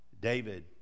David